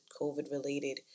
COVID-related